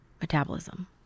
Metabolism